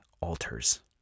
alters